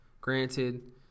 granted